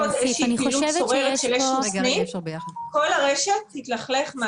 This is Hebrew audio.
איזשהו פעילות שוררת שיש בסניף כל הרשת תתלכלך.